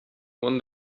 won